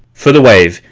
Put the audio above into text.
for the wave,